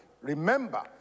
Remember